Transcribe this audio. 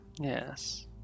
Yes